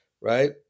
Right